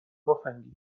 مفنگی